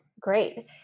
Great